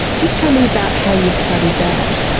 just tell me about how you've studied that.